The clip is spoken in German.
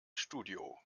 studio